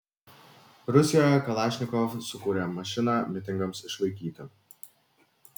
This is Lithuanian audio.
rusijoje kalašnikov sukūrė mašiną mitingams išvaikyti